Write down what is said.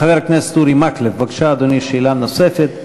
חבר הכנסת אורי מקלב, בבקשה, אדוני, שאלה נוספת.